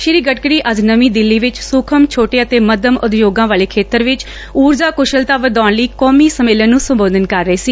ਸ੍ਰੀ ਗਡਕਰੀ ਅੱਜ ਨਵੀ ਦਿੱਲੀ ਵਿਚ ਸੁਖਮ ਛੋਟੇ ਅਤੇ ਮੱਧਮ ਉਦਯੋਗਾ ਵਾਲੇ ਖੇਤਰ ਵਿਚ ਊਰਜਾ ਕੁਸ਼ਲਤਾ ਵਧਾਉਣ ਲਈ ਕੋਮੀ ਸੰਮੇਲਨ ਨੂੰ ਸੰਬੋਧਨ ਕਰ ਰਹੇ ਸੀ